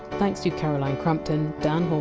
thanks to caroline crampton, dan hall,